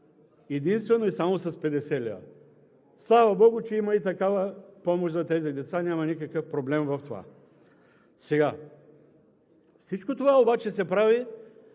единствено и само с 50 лв. Слава богу, че има и такава помощ за тези деца. Няма никакъв проблем в това. Всичко това обаче се прави,